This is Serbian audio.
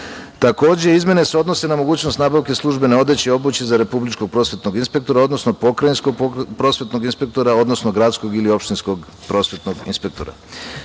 Izmene se odnose na mogućnost nabavke službene odeće i obuće za republičkog prosvetnog inspektora, odnosno pokrajinskog prosvetnog inspektora, odnosno gradskog ili opštinskog prosvetnog inspektora.